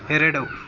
ಎರಡು